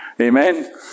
Amen